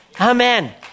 Amen